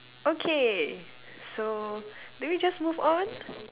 okay so do we just move on